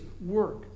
work